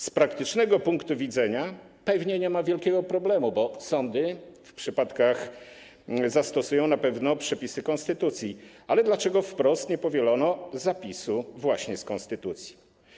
Z praktycznego punktu widzenia pewnie nie ma wielkiego problemu, bo sądy w tych przypadkach zastosują na pewno przepisy konstytucji, ale dlaczego wprost nie powielono zapisu z konstytucji?